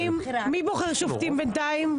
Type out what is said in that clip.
מי בוחר שופטים בינתיים?